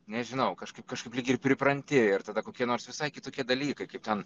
nežinau kažkaip kažkaip lyg ir pripranti ir tada kokie nors visai kitokie dalykai kaip ten